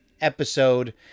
episode